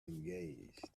engaged